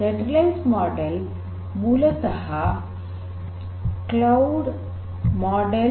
centralised model ಮೂಲತಃ cloud model